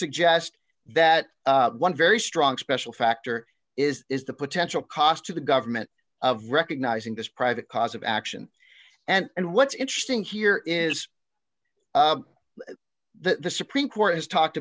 suggest that one very strong special factor is the potential cost to the government of recognizing this private cause of action and what's interesting here is that the supreme court has talked